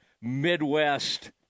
midwest